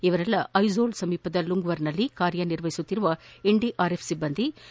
ಇವರೆಲ್ಲಾ ಐಸೋಲ್ ಸಮೀಪದ ಲುಂಗ್ವರ್ನಲ್ಲಿ ಕಾರ್ಯ ನಿರ್ವಹಿಸುತ್ತಿರುವ ಎನ್ಡಿಆರ್ಎಫ್ ಸಿಬ್ಬಂದಿಯಾಗಿದ್ದಾರೆ